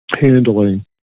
handling